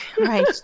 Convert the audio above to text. Right